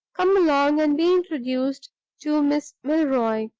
come along, and be introduced to miss milroy.